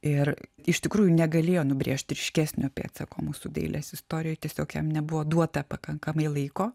ir iš tikrųjų negalėjo nubrėžt ryškesnio pėdsako mūsų dailės istorijoj tiesiog jam nebuvo duota pakankamai laiko